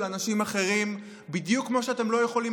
של אנשים אחרים בדיוק כמו שאתם לא יכולים,